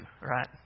right